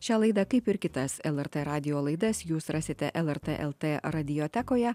šią laidą kaip ir kitas lrt radijo laidas jūs rasite lrt lt radiotekoje